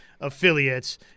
affiliates